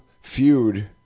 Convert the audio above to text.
feud